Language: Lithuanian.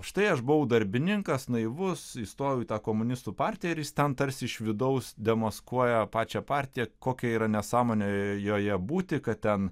štai aš buvau darbininkas naivus įstojau į tą komunistų partiją ir jis ten tarsi iš vidaus demaskuoja pačią partiją kokia yra nesąmonė joje būti kad ten